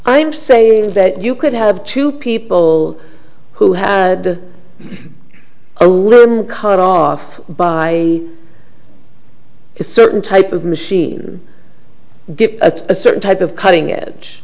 i'm saying that you could have two people who had a limb cut off by a certain type of machine get at a certain type of cutting edge